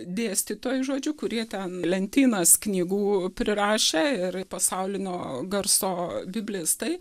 dėstytojai žodžiu kurie ten lentynas knygų prirašę ir pasaulinio garso biblistai